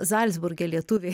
zalcburge lietuviai